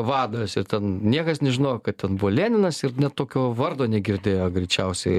vadas ir ten niekas nežinojo kad ten buvo leninas ir net tokio vardo negirdėjo greičiausiai